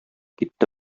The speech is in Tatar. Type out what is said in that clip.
китте